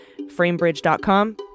framebridge.com